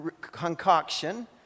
concoction